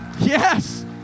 Yes